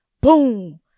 boom